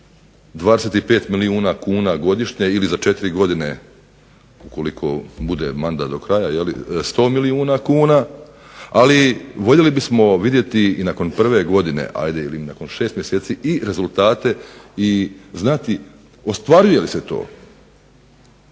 25 milijuna kuna godišnje ili za 4 godine ukoliko bude mandat do kraja 100 milijuna kuna ali voljeli bismo vidjeti nakon prve godine ili nakon 6 mjeseci rezultate i znati ostvaruje li se to